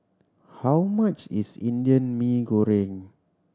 how much is Indian Mee Goreng